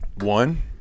One